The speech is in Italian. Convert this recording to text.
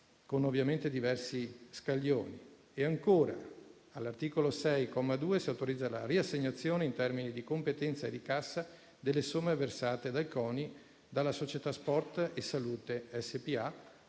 al 2026 (in diversi scaglioni). E ancora: all'articolo 6, comma 2, si autorizza la riassegnazione, in termini di competenza e di cassa, delle somme versate dal CONI, dalla società Sport e salute SpA,